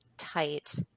tight